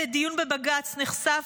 בדיון בבג"ץ נחשף,